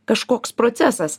kažkoks procesas